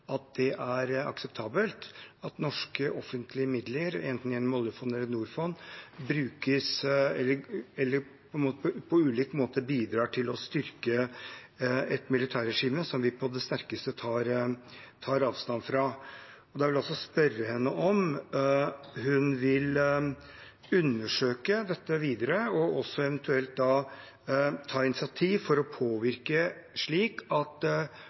det er akseptabelt at norske, offentlige midler, enten gjennom oljefondet eller Norfund, på ulik måte bidrar til å styrke et militærregime som vi på det sterkeste tar avstand fra. Jeg vil også spørre henne om hun vil undersøke dette videre og eventuelt ta initiativ for å påvirke, slik at